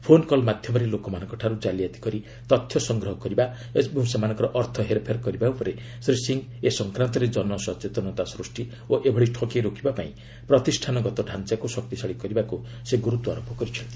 phone call ମାଧ୍ୟମରେ ଲୋକମାନଙ୍କଠାରୁ କାଲିଆତି କରି ତଥ୍ୟ ସଂଗ୍ରହ କରିବା ଓ ସେମାନଙ୍କର ଅର୍ଥ ହେର୍ଫେର୍ କରିବା ଉପରେ ଶ୍ରୀ ସିଂ ଏ ସଂକ୍ରାନ୍ତରେ ଜନ ସତେଚନତା ସୃଷ୍ଟି ଓ ଏଭଳି ଠକେଇ ରୋକିବାପାଇଁ ପ୍ରତିଷ୍ଠାନଗତ ତାଞ୍ଚାକୁ ଶକ୍ତିଶାଳୀ କରିବାକୁ ସେ ଗୁରୁତ୍ୱ ଆରୋପ କରିଛନ୍ତି